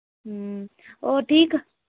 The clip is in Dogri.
होर ठीक